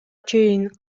чейин